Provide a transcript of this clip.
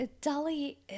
Dolly